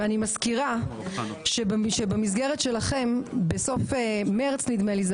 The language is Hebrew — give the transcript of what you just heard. ואני מזכירה שבמסגרת שלכם בסוף מרץ נדמה לי,